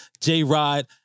J-Rod